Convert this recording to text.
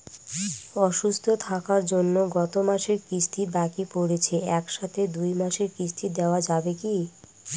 অসুস্থ থাকার জন্য গত মাসের কিস্তি বাকি পরেছে এক সাথে দুই মাসের কিস্তি দেওয়া যাবে কি?